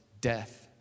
death